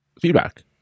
feedback